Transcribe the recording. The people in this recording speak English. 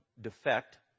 defect